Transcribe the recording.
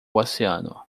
oceano